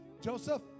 Joseph